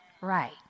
right